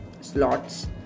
slots